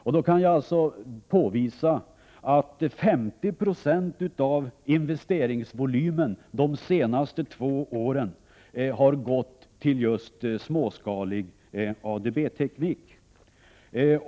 Jag kan påvisa att 50 96 av investeringsvolymen de senaste två åren har gått till just småskalig ADB-teknik.